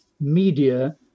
media